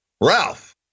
Ralph